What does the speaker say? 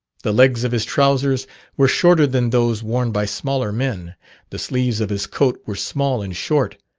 the legs of his trousers were shorter than those worn by smaller men the sleeves of his coat were small and short,